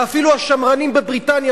ואפילו השמרנים בבריטניה,